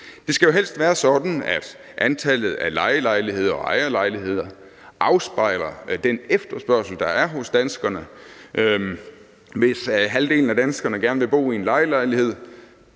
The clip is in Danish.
Det skal jo helst være sådan, at antallet af lejelejligheder og ejerlejligheder afspejler den efterspørgsel, der er hos danskerne. Lad os sige, at halvdelen af danskerne gerne vil bo i en lejelejlighed.